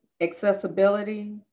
accessibility